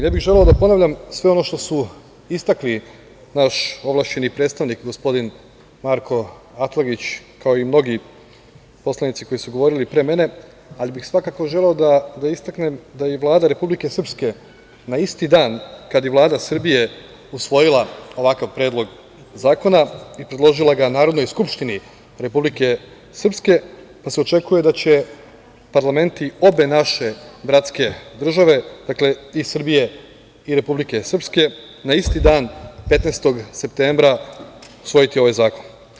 Ne bih želeo da ponavljam sve ono što su istakli naš ovlašćeni predstavnik, gospodin Marko Atlagić, kao i mnogi poslanici koji su govorili pre mene, ali bih svakako želeo da istaknem da i Vlada Republike Srbije na isti dan, kada i Vlada Srbije usvojila ovakav predlog zakona i predložila ga Narodnoj skupštini Republike Srpske, pa, se očekuje da će parlamenti obe naše bratske države i Srbije i Republike Srpske, na isti dan 15. septembra usvojiti ovaj zakon.